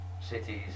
cities